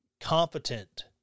competent